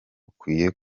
bukwiye